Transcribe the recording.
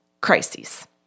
crises